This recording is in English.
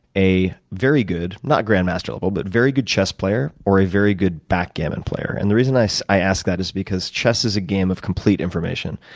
a very good not grand master level but very good chess player or a very good backgammon player. and the reason i so i ask that is because chess is a game of complete information.